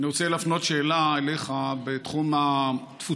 אני רוצה להפנות שאלה אליך בתחום התפוצות.